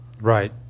Right